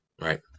Right